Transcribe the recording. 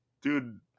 dude